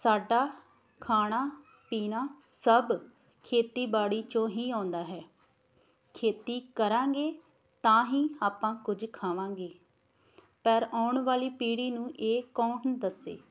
ਸਾਡਾ ਖਾਣਾ ਪੀਣਾ ਸਭ ਖੇਤੀਬਾੜੀ ਚੋਂ ਹੀ ਆਉਂਦਾ ਹੈ ਖੇਤੀ ਕਰਾਂਗੇ ਤਾਂ ਹੀ ਆਪਾਂ ਕੁਝ ਖਾਵਾਂਗੇ ਪਰ ਆਉਣ ਵਾਲੀ ਪੀੜ੍ਹੀ ਨੂੰ ਇਹ ਕੌਣ ਦੱਸੇ